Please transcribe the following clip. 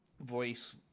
voice